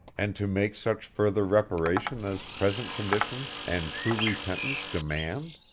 and to make such further reparation as present conditions and true repentance demand?